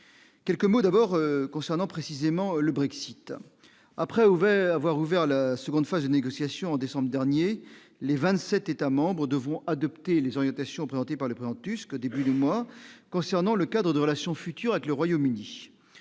quelques mots d'abord concernant précisément le Brexit après ouvert avoir ouvert la seconde phase de négociations en décembre dernier les 27 États-membres devront adopter les orientations présentées par le plan Tusk, début du mois concernant le cadre de relations futures avec le Royaume-Uni,